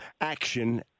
action